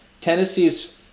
Tennessee's